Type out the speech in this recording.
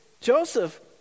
Joseph